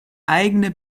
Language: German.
eigene